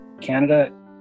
Canada